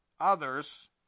others